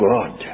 God